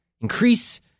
increase